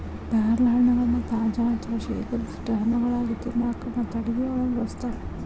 ಪ್ಯಾರಲಹಣ್ಣಗಳನ್ನ ತಾಜಾ ಅಥವಾ ಶೇಖರಿಸಿಟ್ಟ ಹಣ್ಣುಗಳಾಗಿ ತಿನ್ನಾಕ ಮತ್ತು ಅಡುಗೆಯೊಳಗ ಬಳಸ್ತಾರ